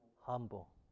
Humble